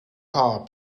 called